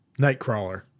Nightcrawler